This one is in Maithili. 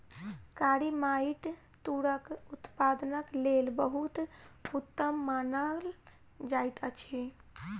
कारी माइट तूरक उत्पादनक लेल बहुत उत्तम मानल जाइत अछि